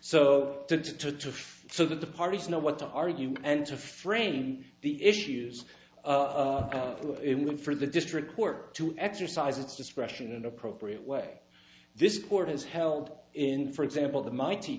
so the so that the parties know what to argue and to frame the issues even for the district court to exercise its discretion in appropriate way this court has held in for example the mighty